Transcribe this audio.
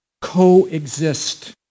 Coexist